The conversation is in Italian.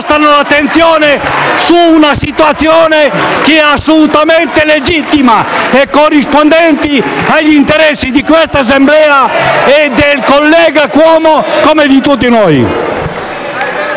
spostano l'attenzione su una situazione assolutamente legittima e corrispondente agli interessi di questa Assemblea e del collega Cuomo, come di tutti noi.